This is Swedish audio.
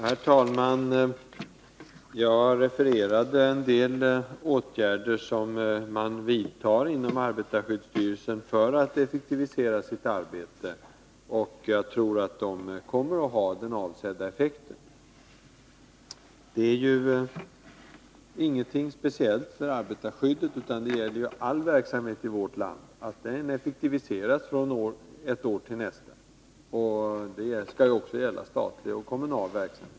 Herr talman! Jag refererade en del åtgärder som arbetarskyddsstyrelsen vidtar för att effektivisera sitt arbete. Jag tror att de kommer att ha avsedd verkan. Det är inte något speciellt att arbetarskyddet effektiviseras från ett år till nästa, utan det gäller all verksamhet i vårt land, också statlig och kommunal verksamhet.